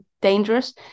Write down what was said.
dangerous